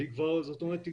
היא כבר מוכנה.